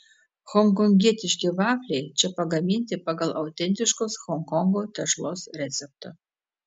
honkongietiški vafliai čia pagaminti pagal autentiškos honkongo tešlos receptą